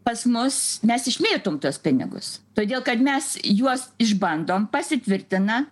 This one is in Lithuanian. pas mus mes išmėtom tuos pinigus todėl kad mes juos išbandom pasitvirtina